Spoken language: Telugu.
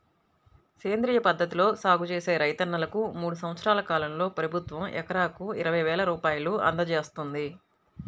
సేంద్రియ పద్ధతిలో సాగు చేసే రైతన్నలకు మూడు సంవత్సరాల కాలంలో ప్రభుత్వం ఎకరాకు ఇరవై వేల రూపాయలు అందజేత్తంది